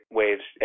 waves